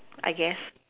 I guess